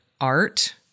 art